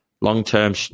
long-term